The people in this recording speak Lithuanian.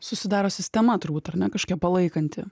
susidaro sistema turbūt ar ne kažkia palaikanti